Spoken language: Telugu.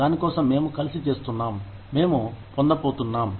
దానికోసం మేము కలిసి చెల్లిస్తున్నాము మేము పొంద పోతున్నాం